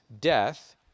death